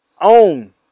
own